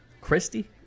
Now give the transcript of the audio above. Christy